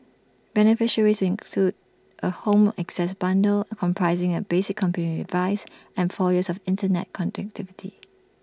beneficiaries will include A home access bundle comprising A basic computing device and four years of Internet connectivity